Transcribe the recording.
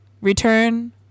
Return